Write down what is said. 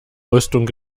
rüstung